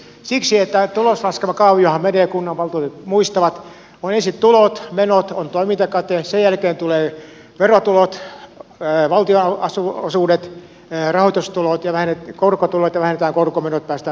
siksi että tuloslaskelmakaaviohan menee niin kunnanvaltuutetut muistavat että on ensin tulot menot on toimintakate sen jälkeen tulevat verotulot valtionosuudet rahoitustulot ja korkotulot ja vähennetään korkomenot päästään vuosikatteeseen